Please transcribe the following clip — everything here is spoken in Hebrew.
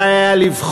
כדאי היה לבחון,